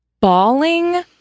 bawling